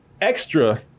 extra